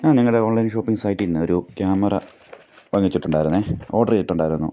ഞാൻ നിങ്ങളുടെ online shopping സൈറ്റിൽ നിന്നൊരു ക്യാമറ വാങ്ങിച്ചിട്ടുണ്ടായിരുന്നെ ഓഡർ ചെയ്തിട്ടുണ്ടായിരുന്നു